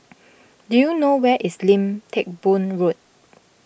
do you know where is Lim Teck Boo Road